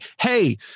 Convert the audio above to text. hey